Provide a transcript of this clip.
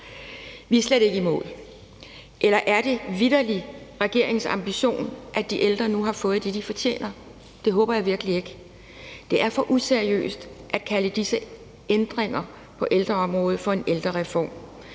Vi er slet ikke i mål, eller er det vitterlig regeringens holdning, at de ældre nu har fået det, de fortjener? Det håber jeg virkelig ikke. Det er for useriøst at kalde disse ændringer på ældreområdet for en ældrereform.